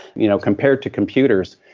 you know compared to computers,